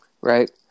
Right